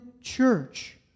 church